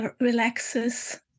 relaxes